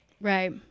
Right